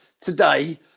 today